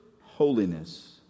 holiness